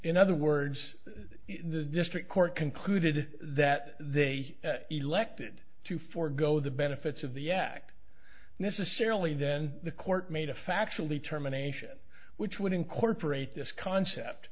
in other words the district court concluded that they elected to forego the benefits of the act necessarily then the court made a factually terminations which would incorporate this concept